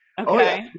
Okay